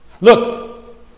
Look